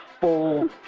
full